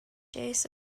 days